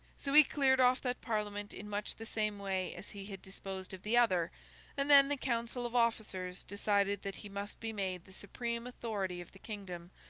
so he cleared off that parliament in much the same way as he had disposed of the other and then the council of officers decided that he must be made the supreme authority of the kingdom,